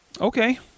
Okay